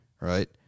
right